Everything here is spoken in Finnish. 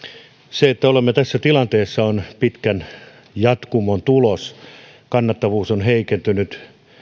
se että olemme tässä tilanteessa on pitkän jatkumon tulos kannattavuus on heikentynyt